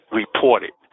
reported